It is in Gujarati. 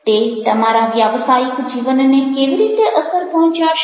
તે તમારા વ્યાવસાયિક જીવનને કેવી રીતે અસર પહોંચાડશે